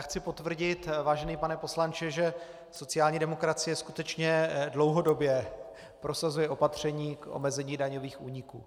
Chci potvrdit, vážený pane poslanče, že sociální demokracie skutečně dlouhodobě prosazuje opatření k omezení daňových úniků.